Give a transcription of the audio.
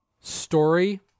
story